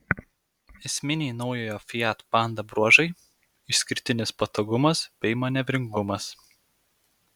esminiai naujojo fiat panda bruožai išskirtinis patogumas bei manevringumas